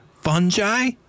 Fungi